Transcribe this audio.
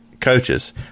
coaches